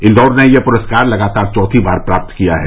इंदौर ने यह पुरस्कार लगातार चौथी बार प्राप्त किया है